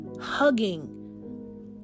hugging